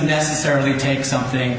necessarily take something